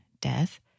death